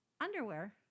underwear